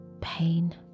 pain